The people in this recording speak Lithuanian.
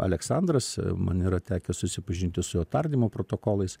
aleksandras man yra tekę susipažinti su jo tardymo protokolais